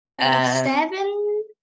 Seven